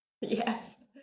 Yes